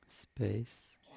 Space